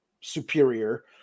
superior